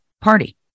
party